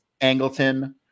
Angleton